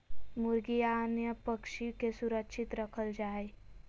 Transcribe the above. मुर्गी या अन्य पक्षि के सुरक्षित रखल जा हइ